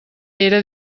era